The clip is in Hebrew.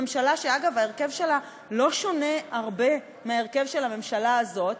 בממשלה שההרכב שלה לא שונה הרבה מההרכב של הממשלה הזאת,